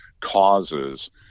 causes